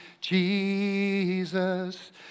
Jesus